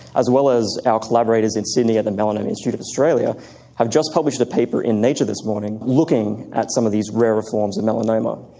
as well as our collaborators in sydney at the melanoma institute of australia have just published a paper in nature this morning looking at some of these rarer forms of melanoma.